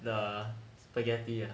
the spaghetti